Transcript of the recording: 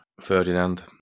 Ferdinand